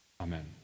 Amen